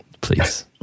please